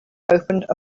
opened